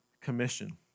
Commission